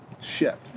shift